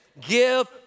Give